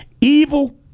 evil